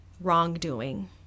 wrongdoing